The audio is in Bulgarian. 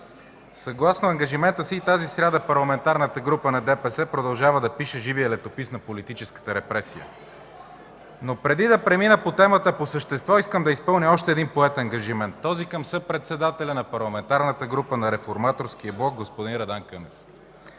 съгласно ангажимента си, и тази сряда Парламентарната група на ДПС продължава да пише живия летопис на политическата репресия. Но преди да премина към темата по същество искам да изпълня още един поет ангажимент – този към съпредседателя на Парламентарната група на Реформаторския блок господин Радан Кънев.